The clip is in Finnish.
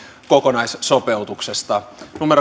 kokonaissopeutuksesta